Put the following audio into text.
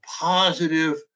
positive